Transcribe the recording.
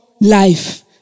life